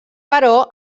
però